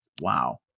Wow